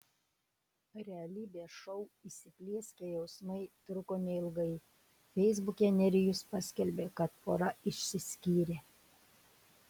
realybės šou įsiplieskę jausmai truko neilgai feisbuke nerijus paskelbė kad pora išsiskyrė